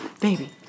baby